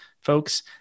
folks